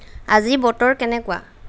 আজি বতৰ কেনেকুৱা